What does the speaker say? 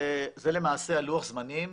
זה למעשה לוח הזמנים.